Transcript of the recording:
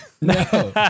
No